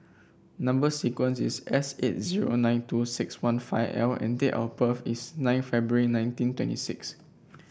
number sequence is S eight zero nine two six one five L and date of birth is nine February nineteen twenty six